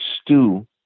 stew